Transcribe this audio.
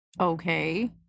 Okay